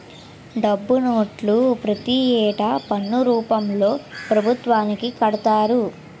డబ్బునోళ్లు ప్రతి ఏటా పన్ను రూపంలో పభుత్వానికి కడతారు